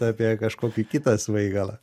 apie kažkokį kitą svaigalą